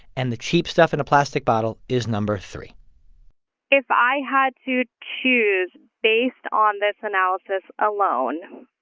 and the cheap stuff in a plastic bottle is number three if i had to choose, based on this analysis alone,